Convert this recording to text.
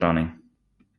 strany